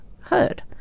heard